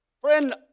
Friend